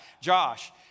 Josh